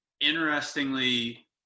interestingly